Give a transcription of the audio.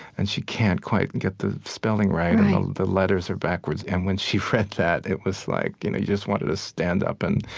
and she can't quite and get the spelling right right the letters are backwards. and when she read that, it was like you know you just wanted to stand up and